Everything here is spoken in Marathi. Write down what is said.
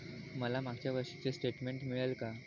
मला मागच्या वर्षीचे स्टेटमेंट मिळेल का?